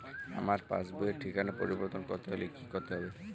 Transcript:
আমার পাসবই র ঠিকানা পরিবর্তন করতে হলে কী করতে হবে?